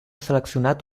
seleccionat